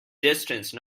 distance